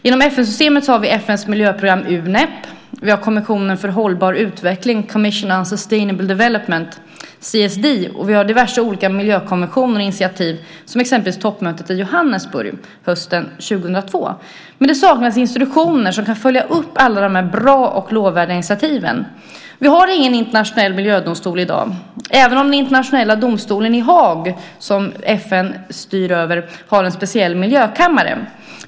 Genom FN-systemet har vi FN:s miljöprogram Unep, vi har kommissionen för hållbar utveckling, Commission on Sustainable Development, CSD, och vi har diverse olika miljökonventioner och initiativ, som exempelvis toppmötet i Johannesburg hösten 2002. Men det saknar institutioner som kan följa upp alla dessa bra och lovvärda initiativ. Vi har ingen internationell miljödomstol i dag, även om den internationella domstolen i Haag, som FN styr över, har en speciell miljökammare.